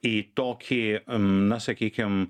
į tokį na sakykim